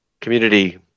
community